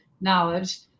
knowledge